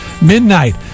Midnight